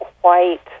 white